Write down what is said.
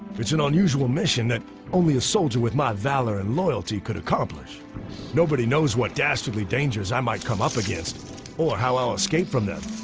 it's an unusual mission that only a soldier with my valor and loyalty could accomplish nobody knows what dastardly dangers. i might come up against or how i'll escape from them,